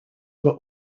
were